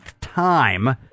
time